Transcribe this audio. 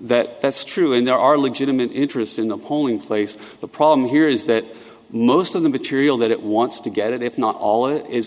that that's true and there are legitimate interest in the polling place the problem here is that most of the material that it wants to get it if not all i